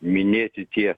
minėti tie